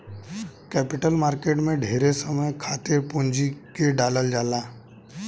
capital market में ढेरे समय खातिर पूंजी के डालल जाला